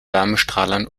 wärmestrahlern